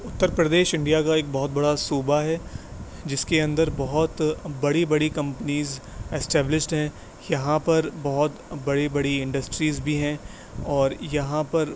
Uttar Pradesh India کا ایک بہت بڑا صوبہ ہے جس کے اندر بہت بڑی بڑی کمپنیز اسٹیبلشڈ ہیں یہاں پر بہت بڑی بڑی انڈسٹریز بھی ہیں اور یہاں پر